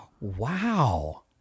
wow